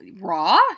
Raw